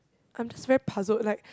I'm just very puzzled like